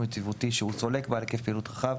יציבותי שהוא סולק בעל היקף פעילות רחב,